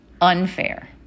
unfair